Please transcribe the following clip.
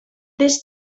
this